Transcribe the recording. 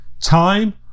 time